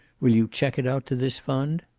will you check it out to this fund?